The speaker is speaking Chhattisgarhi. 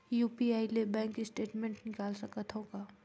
यू.पी.आई ले बैंक स्टेटमेंट निकाल सकत हवं का?